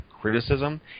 criticism